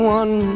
one